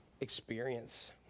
experience